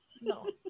no